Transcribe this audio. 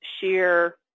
sheer